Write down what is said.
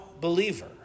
believer